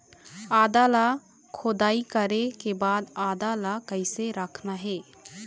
आदा ला खोदाई करे के बाद आदा ला कैसे रखना हे?